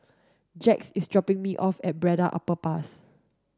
Jax is dropping me off at Braddell Underpass